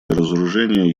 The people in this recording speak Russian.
разоружение